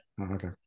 okay